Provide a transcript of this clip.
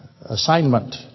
assignment